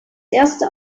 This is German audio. erste